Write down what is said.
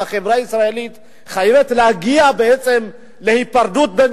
החברה הישראלית חייבת להגיע להיפרדות בין